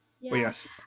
Yes